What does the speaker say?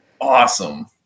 awesome